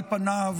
על פניו,